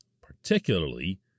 particularly